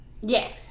yes